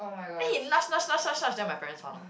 then he nudge nudge nudge nudge nudge then my parents found out